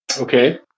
Okay